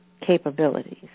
capabilities